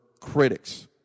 critics